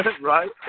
Right